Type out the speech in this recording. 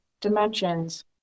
dimensions